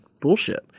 bullshit